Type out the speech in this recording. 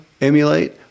emulate